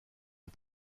des